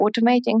automating